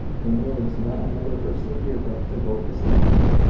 when there was not another person in deerbrook to vote the same way.